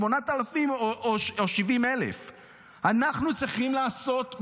8,000 או 70,000. אנחנו צריכים לעשות,